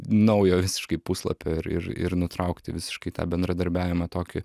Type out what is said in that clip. naujo visiškai puslapio ir ir ir nutraukti visiškai tą bendradarbiavimą tokį